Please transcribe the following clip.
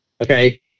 Okay